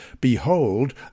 Behold